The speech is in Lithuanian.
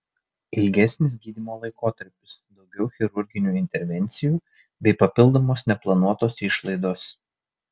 ilgesnis gydymo laikotarpis daugiau chirurginių intervencijų bei papildomos neplanuotos išlaidos